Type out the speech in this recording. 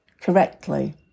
correctly